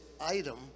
item